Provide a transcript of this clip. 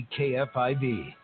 KFIV